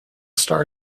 star